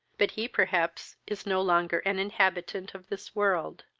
but he perhaps is no longer an inhabitant of this world.